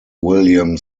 william